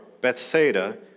Bethsaida